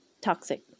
toxic